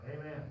Amen